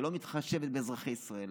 שלא מתחשבת באזרחי ישראל.